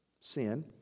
sin